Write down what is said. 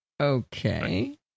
Okay